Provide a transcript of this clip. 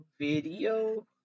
video